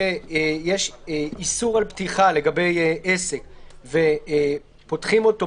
שיש איסור על פתיחה לגבי עסק ופותחים אותו,